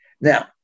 Now